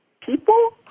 people